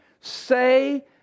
say